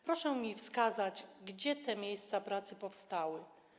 Proszę mi wskazać, gdzie te miejsca pracy powstały.